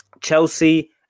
Chelsea